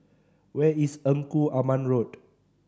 where is Engku Aman Road